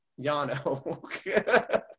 Yano